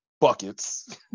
buckets